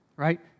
right